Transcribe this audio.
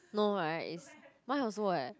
no right it's mine also what